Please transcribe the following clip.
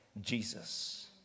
Jesus